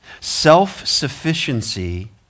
Self-sufficiency